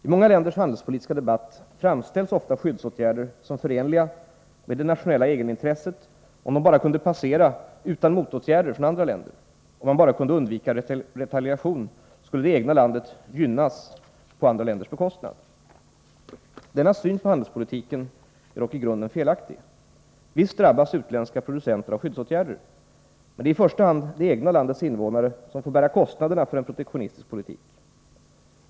I många länders handelspolitiska debatt framställs ofta skyddsåtgärder som förenliga med det nationella egenintresset om de bara kunde passera utan motåtgärder från andra länder; om man bara kunde undvika ”retaliation” skulle det egna landet gynnas på andra länders bekostnad. Denna syn på handelspolitiken är dock i grunden felaktig. Visst drabbas utländska producenter av skyddsåtgärder — men det är i första hand det egna landets innevånare som får bära kostnaderna för en protektionistisk politik.